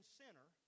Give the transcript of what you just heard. center